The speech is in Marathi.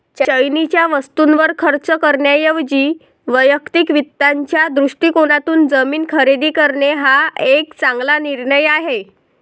चैनीच्या वस्तूंवर खर्च करण्याऐवजी वैयक्तिक वित्ताच्या दृष्टिकोनातून जमीन खरेदी करणे हा एक चांगला निर्णय आहे